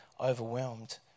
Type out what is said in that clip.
overwhelmed